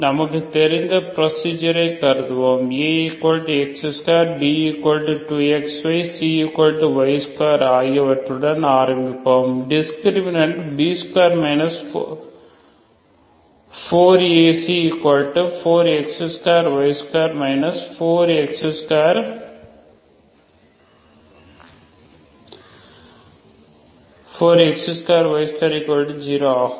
நமக்கு தெரிந்த புரோசிஜரை கருதுவோம் Ax2 B2xy cy2 ஆகியவற்றுடன் ஆரம்பிப்போம் டிஸ்கிரிமினனெட் B2 4AC4x2y2 4x2y20 ஆகும்